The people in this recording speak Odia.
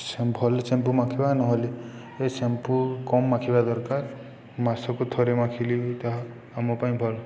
ଭଲ ଶ୍ୟାମ୍ପୁ ମାଖିବା ନହେଲେ ଏ ଶାମ୍ପୁ କମ୍ ମାଖିବା ଦରକାର ମାସକୁ ଥରେ ମାଖିଲେ ବି ତାହା ଆମ ପାଇଁ ଭଲ